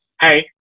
hey